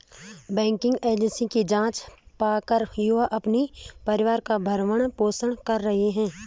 banking agent की job पाकर युवा अपने परिवार का भरण पोषण कर रहे है